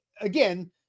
again